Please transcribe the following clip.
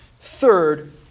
Third